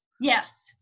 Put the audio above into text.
Yes